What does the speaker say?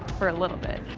for a little bit.